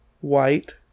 white